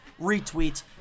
retweets